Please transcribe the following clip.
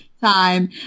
time